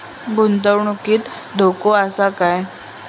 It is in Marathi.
गुंतवणुकीत धोको आसा काय?